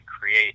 create